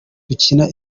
dukina